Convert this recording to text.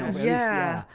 yeah,